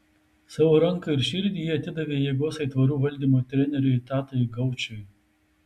savo ranką ir širdį ji atidavė jėgos aitvarų valdymo treneriui tadui gaučui